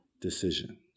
decision